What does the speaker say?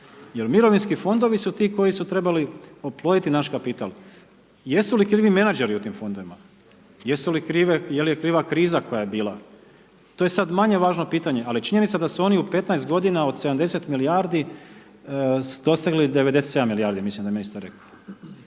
jer mirovinski fondovi su ti koji su trebali oploditi naš kapital. Jesu li krivi menadžeri u tim fondovima? Je li kriva kriza koja je bila? To je sad manje važno pitanje, ali činjenica da su oni u 15 godina od 70 milijardi su dosegli 97 milijardi, mislim da je ministar rekao.